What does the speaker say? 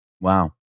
Wow